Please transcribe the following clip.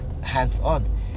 hands-on